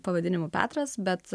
pavadinimu petras bet